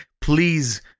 please